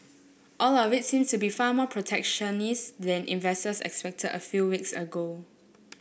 all of it seems to be far more protectionist than investors expected a few weeks ago